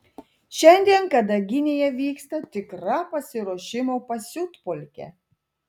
šiandien kadaginėje vyksta tikra pasiruošimo pasiutpolkė